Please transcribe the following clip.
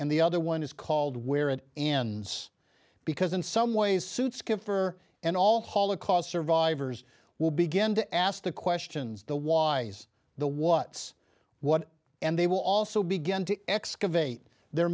and the other one is called where it ends because in some ways suits giver and all holocaust survivors will begin to ask the questions the whys the what's what and they will also begin to excavate their